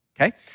okay